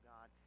God